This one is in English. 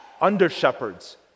under-shepherds